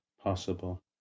possible